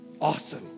Awesome